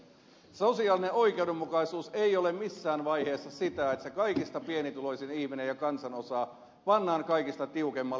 sosiaalinen oikeudenmukaisuus ei ole missään vaiheessa sitä että se kaikista pienituloisin ihminen ja kansanosa pannaan kaikista tiukimmalle